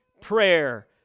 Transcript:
prayer